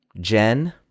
Jen